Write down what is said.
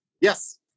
Yes